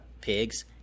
pigs